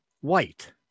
white